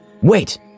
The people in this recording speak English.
Wait